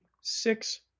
six